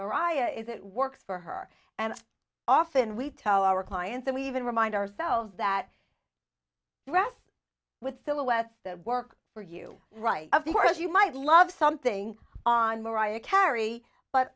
mariah is it works for her and often we tell our clients and we even remind ourselves that breasts with silhouettes that work for you right of course you might love something on mariah carey but